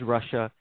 Russia